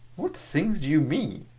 what things do you mean?